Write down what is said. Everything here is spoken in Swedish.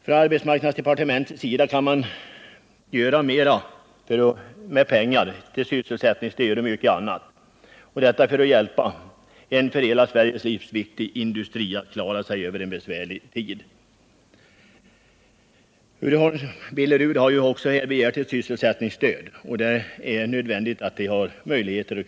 Från arbetsmarknadsdepartementets sida kan man med pengar göra mera till stöd för sysselsättningen och mycket annat för att hjälpa en för hela Sverige livsviktig industri att klara sig över en besvärlig tid. Billerud-Uddeholm AB har också begärt sysselsättningsstöd, och det är nödvändigt att de får detta.